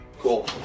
Cool